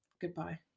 goodbye